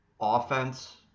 offense